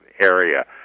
area